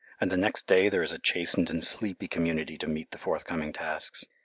and the next day there is a chastened and sleepy community to meet the forthcoming tasks.